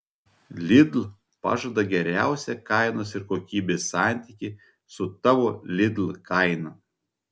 lidl pažada geriausią kainos ir kokybės santykį su tavo lidl kaina